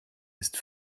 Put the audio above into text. ist